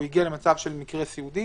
הגיע למצב של מקרה סיעודי